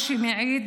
מה שמעיד